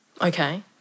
Okay